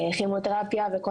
כימותרפיה וכל